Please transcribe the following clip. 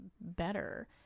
better